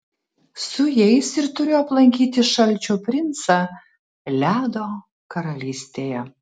su jais ir turiu aplankyti šalčio princą ledo karalystėje